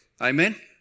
Amen